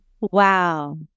wow